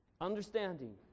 understanding